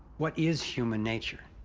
what is human nature?